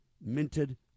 minted